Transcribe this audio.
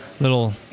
little